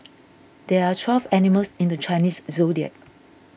there are twelve animals in the Chinese zodiac